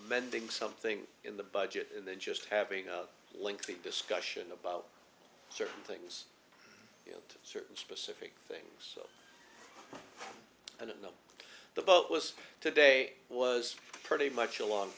mending something in the budget and then just having a lengthy discussion about certain things you know certain specific things and in them the vote was today was pretty much along